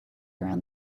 around